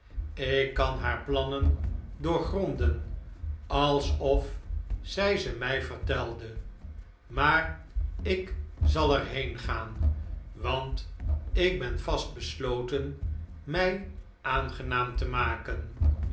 ik kan haar plannen doorgronden alsof zij ze mij vertelde maar ik zal er heen gaan want ik ben vast besloten mij aangenaam te maken